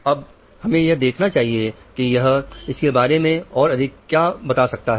अब हमें यह देखना चाहिए कि यह इसके बारे में और अधिक क्या बता सकता है